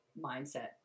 mindset